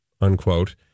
Unquote